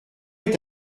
est